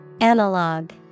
Analog